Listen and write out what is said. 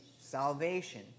Salvation